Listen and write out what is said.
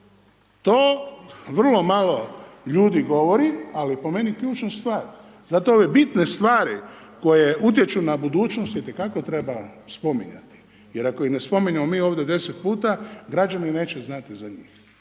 To vrlo malo ljudi govori, ali po meni ključna stvar, zato ove bitne stvari koje utječu na budućnost itekako treba spominjati, jer ako ih ne spominjemo mi ovdje deset puta, građani neće znati za njih.